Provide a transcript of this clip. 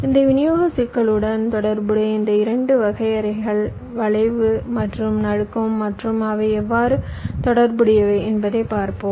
இந்த விநியோகச் சிக்கலுடன் தொடர்புடைய இந்த இரண்டு வரையறைகள் வளைவு மற்றும் நடுக்கம் மற்றும் அவை எவ்வாறு தொடர்புடையவை என்பதைப் பார்ப்போம்